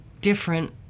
different